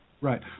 Right